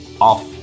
off